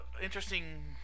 interesting